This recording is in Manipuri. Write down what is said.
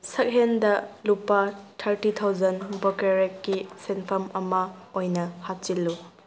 ꯁꯛꯍꯦꯟꯗ ꯂꯨꯄꯥ ꯊꯥꯔꯇꯤ ꯊꯥꯎꯖꯟ ꯕꯣꯀꯔꯦꯛꯀꯤ ꯁꯦꯟꯐꯝ ꯑꯃ ꯑꯣꯏꯅ ꯍꯥꯞꯆꯤꯜꯂꯨ